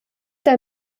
der